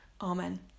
Amen